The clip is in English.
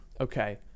Okay